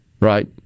Right